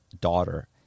daughter